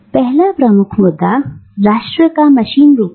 पहला प्रमुख मुद्दा राष्ट्र का मशीन रूप था